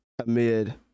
amid